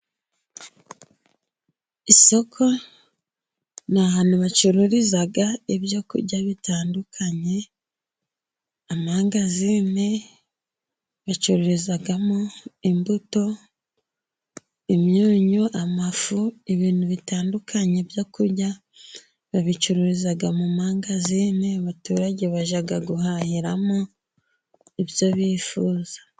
Isoko ni ahantu bacururiza ibyo kurya bitandukanye. Amangazine bacururizamo imbuto, imyunyu, amafu n'bintu bitandukanye byokurya babicururizaga mu mangazine. Abaturage bajya guhahiramo ibyo bifuza.